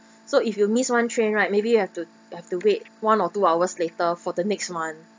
so if you miss one train right maybe you have to have to wait one or two hours later for the next one